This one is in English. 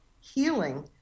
healing